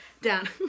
down